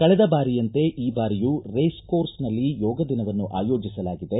ಕಳೆದ ಬಾರಿಯಂತೆ ಈ ಬಾರಿಯೂ ರೇಸ್ ಕೋರ್ಸ್ನಲ್ಲಿ ಯೋಗ ದಿನವನ್ನು ಆಯೋಜಿಸಲಾಗಿದೆ